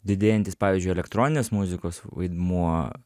didėjantis pavyzdžiui elektroninės muzikos vaidmuo